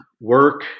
work